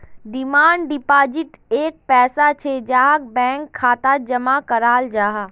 demand deposit एक पैसा छे जहाक बैंक खातात जमा कराल जाहा